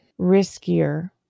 riskier